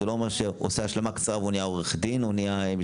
זה לא אומר שהוא עושה השלמה קצרה והוא נהיה עורך דין או משפטן.